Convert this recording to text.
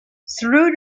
through